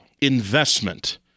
investment